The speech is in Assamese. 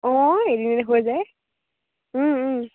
অঁ এদিনতে হৈ যায়